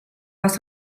was